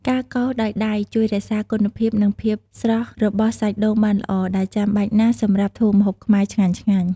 ការកោសដោយដៃជួយរក្សាគុណភាព និងភាពស្រស់របស់សាច់ដូងបានល្អ ដែលចាំបាច់ណាស់សម្រាប់ធ្វើម្ហូបខ្មែរឆ្ងាញ់ៗ។